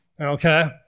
Okay